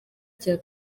cya